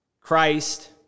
Christ